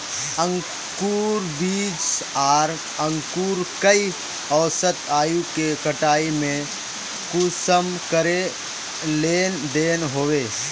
अंकूर बीज आर अंकूर कई औसत आयु के कटाई में कुंसम करे लेन देन होए?